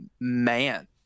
Man